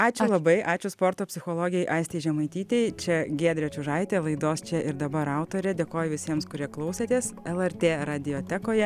ačiū labai ačiū sporto psichologei aistei žemaitytei čia giedrė čiužaitė laidos čia ir dabar autorė dėkoju visiems kurie klausėtės lrt radiotekoje